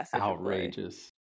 outrageous